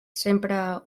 sempre